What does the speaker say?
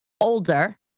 older